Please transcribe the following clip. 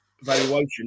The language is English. valuation